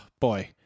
boy